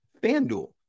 FanDuel